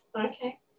okay